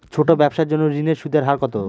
ছোট ব্যবসার জন্য ঋণের সুদের হার কত?